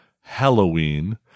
Halloween